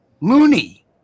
loony